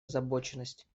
озабоченность